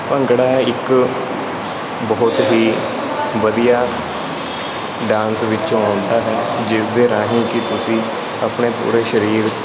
ਭੰਗੜਾ ਇੱਕ ਬਹੁਤ ਹੀ ਵਧੀਆ ਡਾਂਸ ਵਿੱਚੋਂ ਹੁੰਦਾ ਹੈ ਜਿਸ ਦੇ ਰਾਹੀਂ ਕਿ ਤੁਸੀਂ ਆਪਣੇ ਪੂਰੇ ਸਰੀਰ